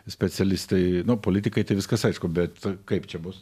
specialistai politikai tai viskas aišku bet kaip čia bus